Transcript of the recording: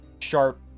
sharp